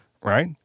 right